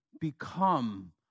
become